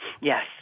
Yes